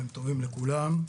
לכולם,